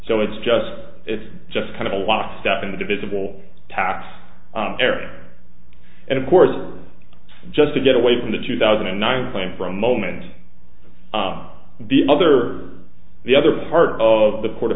so it's just it's just kind of a lock step in the divisible tax area and of course just to get away from the two thousand and nine plan for a moment on the other the other part of the court a